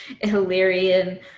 Illyrian